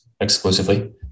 exclusively